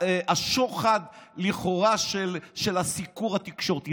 וואלה והשוחד לכאורה של הסיקור התקשורתי.